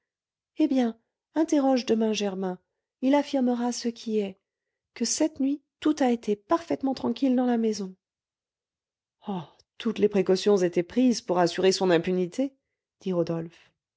eh bien interroge demain germain il affirmera ce qui est que cette nuit tout a été parfaitement tranquille dans la maison oh toutes les précautions étaient prises pour assurer son impunité dit rodolphe